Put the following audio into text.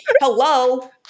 Hello